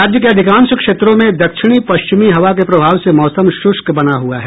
राज्य के अधिकांश क्षेत्रों में दक्षिणी पश्चिमी हवा के प्रभाव से मौसम श्रृष्क बना हुआ है